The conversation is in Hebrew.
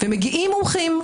מגיעים מומחים,